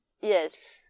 yes